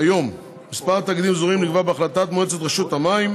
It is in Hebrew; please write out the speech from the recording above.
היום מספר התאגידים האזוריים נקבע בהחלטת מועצת רשות המים,